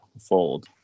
fold